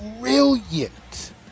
brilliant